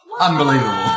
Unbelievable